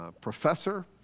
professor